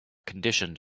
conditioned